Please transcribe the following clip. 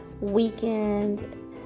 weekend